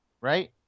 right